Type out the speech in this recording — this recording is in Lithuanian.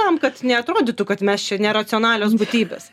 tam kad neatrodytų kad mes čia neracionalios būtybės